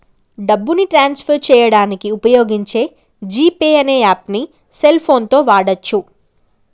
డబ్బుని transfer చేయడానికి వుపయోగించే జీ పే అనే యాప్పుని సెల్ ఫోన్ తో వాడచ్చు